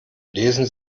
lesen